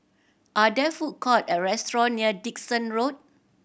are there food court or restaurant near Dickson Road